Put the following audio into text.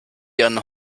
ihren